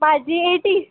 म्हजी एटी